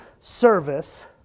service